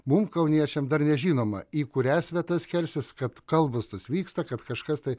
mum kauniečiam dar nežinoma į kurias vietas kelsis kad kalbos tos vyksta kad kažkas tai